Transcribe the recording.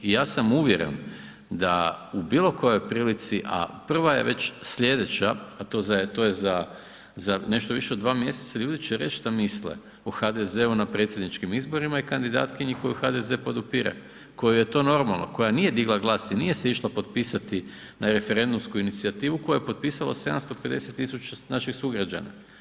Ja sam uvjeren da u bilokojoj prilici, a prva je već slijedeća, a to je za nešto više od 2 mj. ljudi će reći šta misle o HDZ-u na predsjedničkim izborima i kandidatkinji koju HDZ podupire, kojoj je to normalno, koja nije digla glas i nije se išla potpisati na referendumsku inicijativu koju je potpisalo 750 000 naših sugrađana.